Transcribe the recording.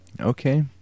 Okay